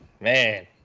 man